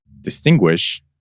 distinguish